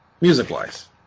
Music-wise